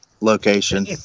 location